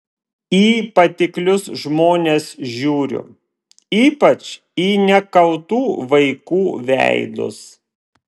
į patiklius žmones žiūriu ypač į nekaltų vaikų veidus